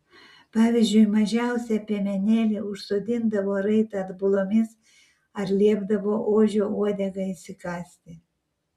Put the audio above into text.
pavyzdžiui mažiausią piemenėlį užsodindavo raitą atbulomis ar liepdavo ožio uodegą įsikąsti